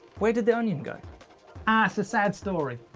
where did the onion go? aah, it's a sad story.